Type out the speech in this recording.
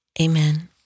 Amen